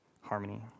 harmony